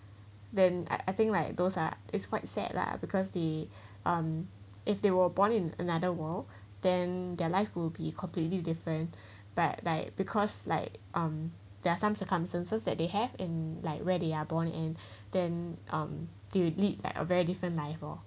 then I I think like those ah it's quite sad lah because they um if they were born in another world than their life would be completely different but like because like um there are some circumstances that they have in like where they are born and then um do you like a very different life lor